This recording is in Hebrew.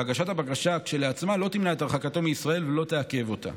והגשת הבקשה כשלעצמה לא תמנע את הרחקתו מישראל ולא תעכב אותה.